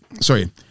sorry